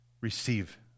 receive